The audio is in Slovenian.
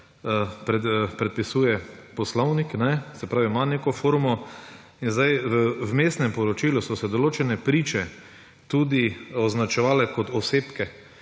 predpisuje poslovnik, se pravi, ima neko formo. V Vmesnem poročilu so se določene priče tudi označevale kot osebki.